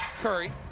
Curry